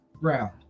round